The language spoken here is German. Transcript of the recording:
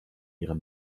ihre